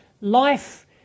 Life